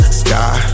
sky